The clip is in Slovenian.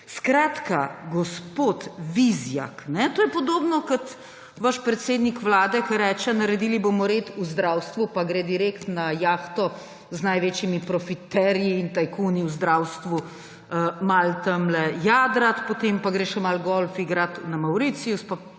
Skratka, gospod Vizjak. To je podobno kot vaš predsednik vlade, ko reče, naredili bomo red v zdravstvu, pa gre direktno na jahto z največjimi profiterji in tajkuni v zdravstvu malo tamle jadrat, potem pa gre še malo golf igrat na Mavricij